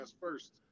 first